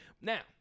now